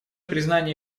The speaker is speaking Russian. признание